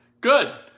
Good